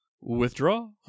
Withdraw